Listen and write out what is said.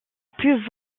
plus